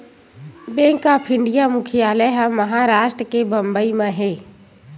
bank of India के मुख्यालय ह महारास्ट के बंबई म हे